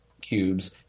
cubes